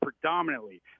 predominantly